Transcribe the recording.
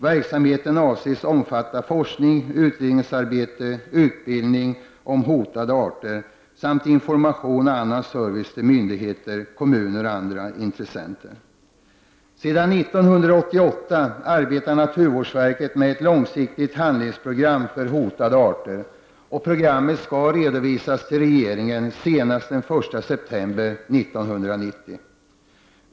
Verksamheten avses omfatta forskningsoch utredningsarbete, utbildning om hotade arter samt information och annan service till myndigheter, kommuner och andra intressenter. Sedan 1988 arbetar naturvårdsverket med ett långsiktigt handlingsprogram för hotade arter. Programmet skall redovisas till regeringen senast den 1 september 1990.